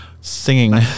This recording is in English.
singing